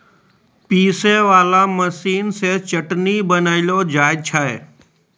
पीसै वाला मशीन से चटनी बनैलो जाय छै